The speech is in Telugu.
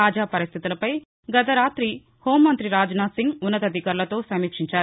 తాజా పరిస్థితులపై గత రాతి కేంద్ర హోంమంతి రాజ్నాథ్సింగ్ ఉన్నతాధికారులతో సమీక్షించారు